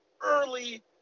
early